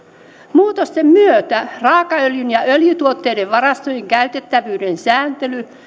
muutosten myötä raakaöljyn ja öljytuotteiden varastojen käytettävyyden sääntely